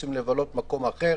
יוצאים לבלות במקום שלישי,